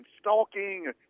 stalking